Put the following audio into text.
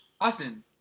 Austin